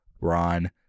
Ron